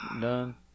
done